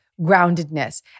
groundedness